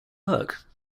work